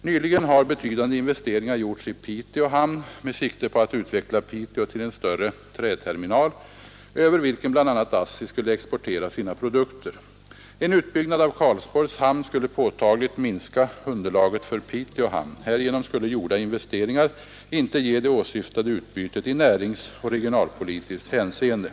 Nyligen har betydande investeringar gjorts i Piteå hamn med sikte på att utveckla Piteå till en större träterminal, över vilken bl.a. ASSI skulle exportera sina produkter. En utbyggnad av Karlsborgs hamn skulle påtagligt minska underlaget för Piteå hamn. Härigenom skulle gjorda investeringar inte ge det åsyftade utbytet i näringsoch regionalpolitiskt hänseende.